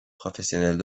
professionnels